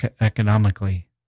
Economically